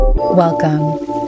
Welcome